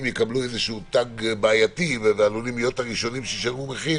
יקבלו איזה תג בעייתי ולהיות הראשונים שישלמו מחיר